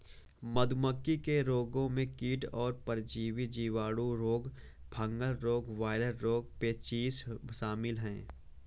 मधुमक्खी के रोगों में कीट और परजीवी, जीवाणु रोग, फंगल रोग, वायरल रोग, पेचिश शामिल है